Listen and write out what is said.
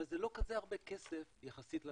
אבל זה לא כזה הרבה כסף יחסית לתוצר.